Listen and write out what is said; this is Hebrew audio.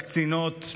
לקצינות,